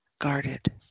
guarded